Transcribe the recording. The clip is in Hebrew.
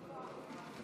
ובכן,